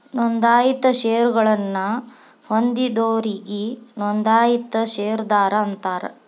ನೋಂದಾಯಿತ ಷೇರಗಳನ್ನ ಹೊಂದಿದೋರಿಗಿ ನೋಂದಾಯಿತ ಷೇರದಾರ ಅಂತಾರ